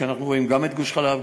כשאנחנו רואים גם את גוש-חלב,